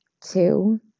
two